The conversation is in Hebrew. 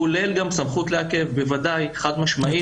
כולל גם סמכות לעכב בוודאי חד משמעית.